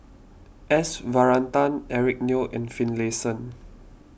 S Varathan Eric Neo and Finlayson